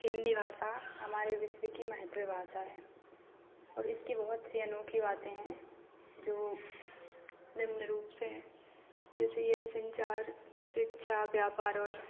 हिन्दी भाषा हमारे विश्व की महत्व भाषा है और इसकी बहुत सी अनोखी बाते हैं जो निम्न रूप से हैं जैसे यह संचार शिक्षा व्यापार और